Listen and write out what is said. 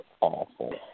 awful